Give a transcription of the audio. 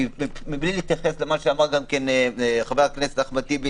מבלי להתייחס למה שאמר חבר הכנסת אחמד טיבי